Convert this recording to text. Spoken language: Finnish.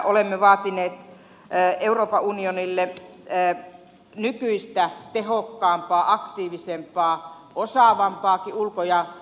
olemme vaatineet euroopan unionille nykyistä tehokkaampaa aktiivisempaa osaavampaakin ulkopolitiikkaa